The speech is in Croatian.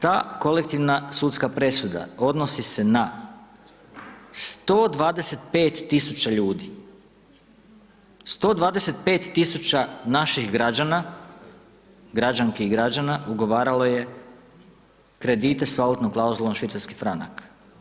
Ta kolektivna sudska presuda odnosi se na 125 tisuća ljudi, 125 tisuća naših građana, građanki i građana ugovaralo je kredite sa valutnom klauzulom švicarski franak.